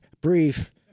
brief